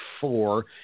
four